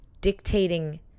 dictating